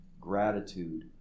gratitude